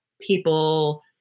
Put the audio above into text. people